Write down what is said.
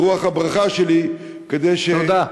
ברוח הברכה שלי, תודה.